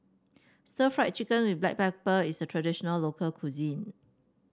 Stir Fried Chicken with Black Pepper is a traditional local cuisine